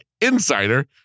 insider